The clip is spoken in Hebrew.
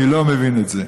אני לא מבין את זה.